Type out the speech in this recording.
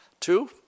Two